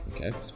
okay